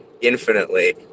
infinitely